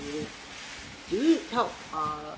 in europe do you help ah